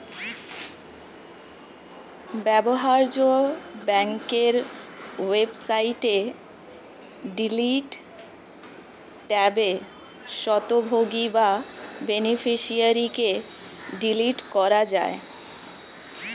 ব্যবহার্য ব্যাংকের ওয়েবসাইটে ডিলিট ট্যাবে স্বত্বভোগী বা বেনিফিশিয়ারিকে ডিলিট করা যায়